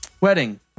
Wedding